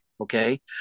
Okay